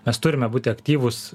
mes turime būti aktyvūs